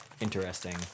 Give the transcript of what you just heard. interesting